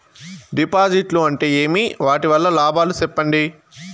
డిపాజిట్లు అంటే ఏమి? వాటి వల్ల లాభాలు సెప్పండి?